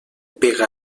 pega